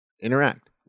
interact